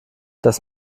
das